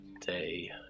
day